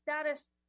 status